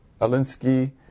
Alinsky